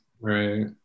Right